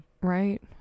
right